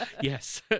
yes